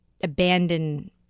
abandon